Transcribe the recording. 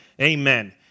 Amen